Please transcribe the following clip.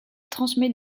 transmet